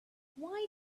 why